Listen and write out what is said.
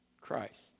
Christ